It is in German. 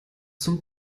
zum